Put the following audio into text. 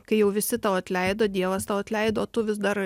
kai jau visi tau atleido dievas tau atleido o tu vis dar